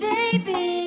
Baby